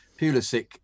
Pulisic